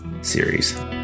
series